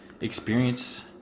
experience